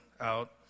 out